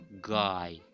guy